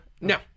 No